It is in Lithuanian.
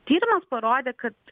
tyrimas parodė kad